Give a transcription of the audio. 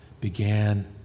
began